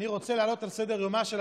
אני חושב שהגיע הזמן שהנושא הזה יהיה